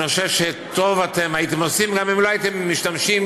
אני חושב שטוב הייתם עושים גם אם לא הייתם משתמשים